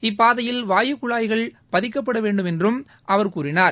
இப்பாதையில் வாயுக்குழாய்கள் பதிக்கப்படவேண்டும் என்றும் அவர் கூறினார்